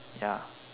ya